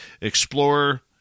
explorer